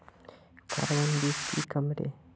Carbine बीस की कमेर?